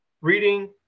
Reading